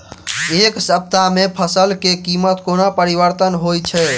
एक सप्ताह मे फसल केँ कीमत कोना परिवर्तन होइ छै?